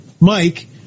Mike